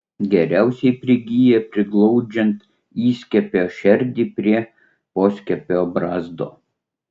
geriausiai prigyja priglaudžiant įskiepio šerdį prie poskiepio brazdo